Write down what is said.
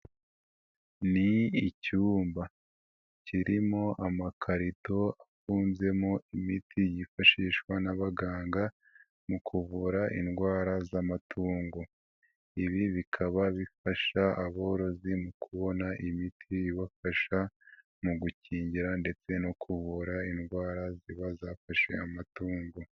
Ni icyumba kirimo amakarito afunzemo imiti yifashishwa n'abaganga mu kuvura indwara z'amatungo. Ibi bikaba bifasha aborozi mu kubona imiti ibafasha mu gukingira, ndetse no kuvura indwara ziba zafashe amatungo.